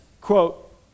quote